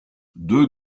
deux